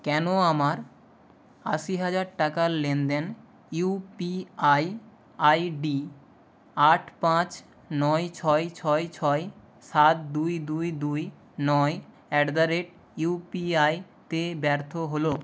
কেন আমার আশি হাজার টাকার লেনদেন ইউপিআই আইডি আট পাঁচ নয় ছয় ছয় ছয় সাত দুই দুই দুই নয় অ্যাট দ্য রেট ইউপিআই তে ব্যর্থ হল